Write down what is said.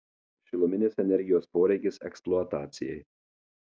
šiluminės energijos poreikis eksploatacijai